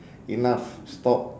enough stop